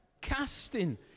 Casting